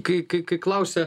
kai kai kai klausia